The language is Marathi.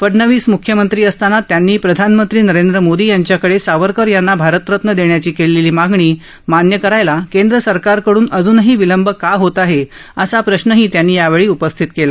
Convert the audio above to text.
फडनवीस मुख्यमंत्री असताना त्यांनी प्रधानमंत्री नरेंद्र मोदी यांच्याकडे सावरकर यांना भारतरत्न देण्याची केलेली मागणी मान्य करायला केंद्र सरकारकड़न अजुनही विलंब का होत आहे असा प्रश्नही त्यांनी यावेळी उपस्थित केला